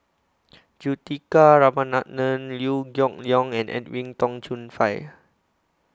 Juthika Ramanathan Liew Geok Leong and Edwin Tong Chun Fai